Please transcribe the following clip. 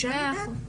אפשר לדעת?